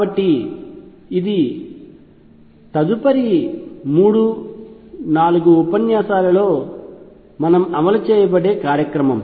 కాబట్టి ఇది తదుపరి 3 4 ఉపన్యాసాలలో అమలు చేయబడే కార్యక్రమం